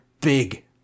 big